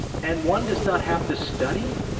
and one does not have to study?